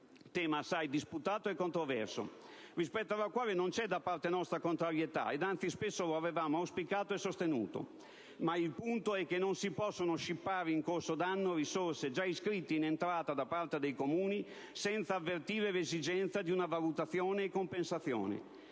tema assai disputato e controverso, rispetto alla quale non c'è da parte nostra contrarietà ed anzi spesso lo avevamo auspicato e sostenuto. Ma il punto è che non si possono scippare in corso d'anno risorse già iscritte in entrata da parte dei Comuni, senza avvertire l'esigenza di una valutazione e compensazione.